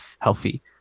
healthy